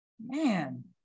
Man